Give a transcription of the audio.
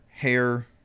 Hair